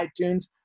iTunes